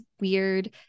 weird